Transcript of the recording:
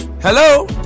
Hello